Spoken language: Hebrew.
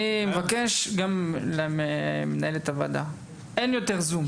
אני מבקש גם ממנהלת הוועדה שלא יהיה יותר זום.